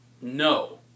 no